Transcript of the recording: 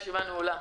הישיבה נעולה.